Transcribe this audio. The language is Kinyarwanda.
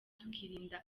tukirinda